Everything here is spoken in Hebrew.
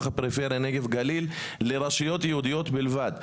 הפריפריה נגב גליל לרשויות יהודיות בלבד.